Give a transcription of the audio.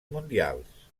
mundials